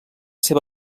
seva